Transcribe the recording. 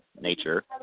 nature